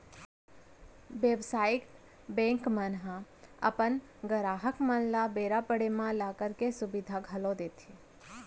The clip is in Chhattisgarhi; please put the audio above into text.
बेवसायिक बेंक मन ह अपन गराहक मन ल बेरा पड़े म लॉकर के सुबिधा घलौ देथे